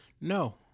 No